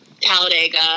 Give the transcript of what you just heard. Talladega